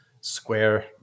square